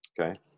Okay